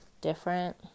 different